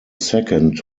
second